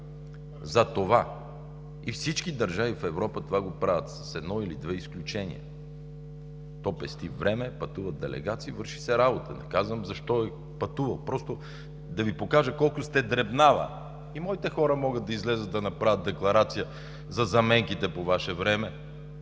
За това! И всички държави в Европа това го правят с едно или две изключения. То пести време, пътуват делегации, върши се работа. Не казвам защо е пътувал, просто да Ви покажа колко сте дребнава. И моите хора могат да излязат с декларация за заменките по Ваше време,